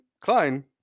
Klein